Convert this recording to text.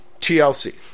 TLC